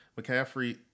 McCaffrey